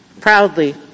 proudly-